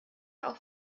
auch